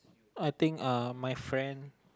I think uh my friend